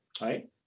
Right